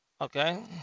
Okay